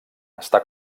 està